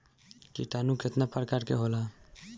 किटानु केतना प्रकार के होला?